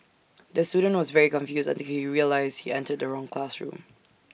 the student was very confused until he realised he entered the wrong classroom